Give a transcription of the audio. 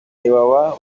iwawa